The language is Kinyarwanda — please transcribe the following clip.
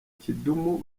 kidum